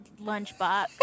lunchbox